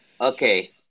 Okay